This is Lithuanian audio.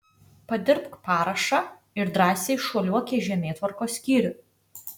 padirbk parašą ir drąsiai šuoliuok į žemėtvarkos skyrių